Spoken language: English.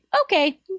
okay